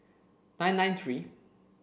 nine nine three